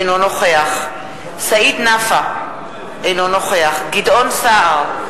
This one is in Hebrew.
אינו נוכח סעיד נפאע, אינו נוכח גדעון סער,